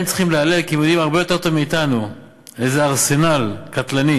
הם צריכים להלל כי הם יודעים הרבה יותר מאתנו איזה ארסנל קטלני הם